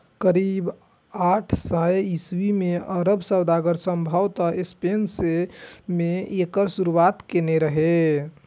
करीब आठ सय ईस्वी मे अरब सौदागर संभवतः स्पेन मे एकर शुरुआत केने रहै